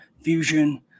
fusion